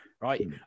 right